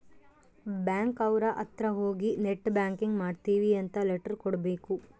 bank ಅವ್ರ ಅತ್ರ ಹೋಗಿ ನೆಟ್ ಬ್ಯಾಂಕಿಂಗ್ ಮಾಡ್ತೀವಿ ಅಂತ ಲೆಟರ್ ಕೊಡ್ಬೇಕು